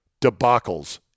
debacles